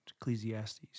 ecclesiastes